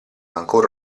ancora